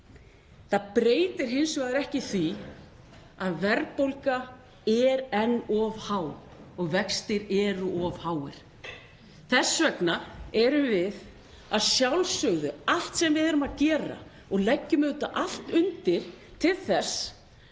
Það breytir hins vegar ekki því að verðbólga er enn of há og vextir eru of háir. Þess vegna erum við að sjálfsögðu að gera allt sem við getum og leggjum auðvitað allt undir til þess að